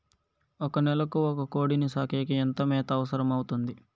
ఒక నెలకు ఒక కోడిని సాకేకి ఎంత మేత అవసరమవుతుంది?